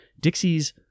Dixie's